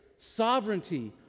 sovereignty